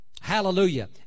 hallelujah